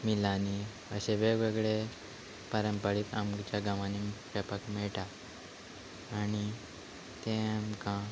मिलांनी अशे वेगवेगळे पारंपारीक आमच्या गांवांनी खेळपाक मेळटा आनी ते आमकां